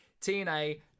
TNA